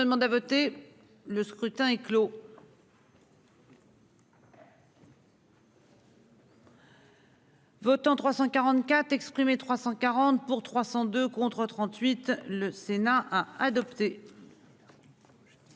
Le scrutin est clos. Votants 344 exprimés, 340 pour 302 contre 38, le Sénat a adopté.